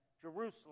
Jerusalem